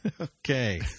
Okay